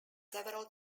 several